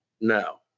No